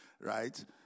right